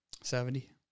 seventy